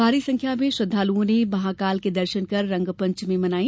भारी संख्या में श्रद्वालुओं ने महाकाल के दर्शन कर रंगपंचमी मनाई